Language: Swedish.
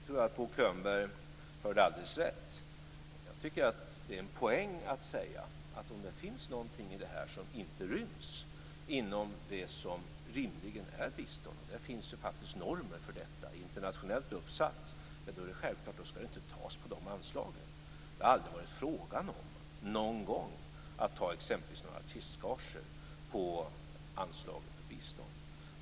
Bo Könberg hörde alldeles rätt; det är en poäng att säga att om det finns någonting i det här som inte ryms inom det som rimligen är bistånd - det finns faktiskt internationella normer för detta - ska det självklart inte tas på de anslagen. Det har aldrig någon gång varit fråga att ta exempelvis några artistgager på anslaget för bistånd.